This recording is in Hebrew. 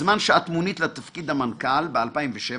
בזמן שמונית לתפקיד המנכ"לית - ב-2007